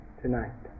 tonight